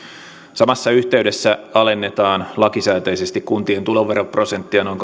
samassa yhteydessä alennetaan lakisääteisesti kuntien tuloveroprosenttia noin